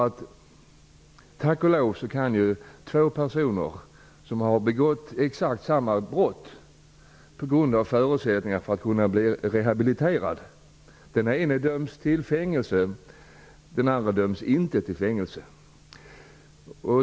Tack och lov kan två personer som har begått exakt liknande brott på grund av förutsättningarna för rehabilitering dömas olika. Den ene döms till fängelse, medan den andre inte döms till fängelse.